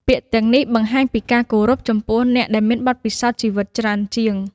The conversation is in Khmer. ពាក្យទាំងនេះបង្ហាញពីការគោរពចំពោះអ្នកដែលមានបទពិសោធន៍ជីវិតច្រើនជាង។